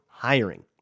Hiring